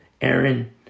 Aaron